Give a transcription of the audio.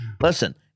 Listen